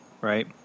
right